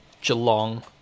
Geelong